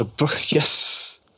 Yes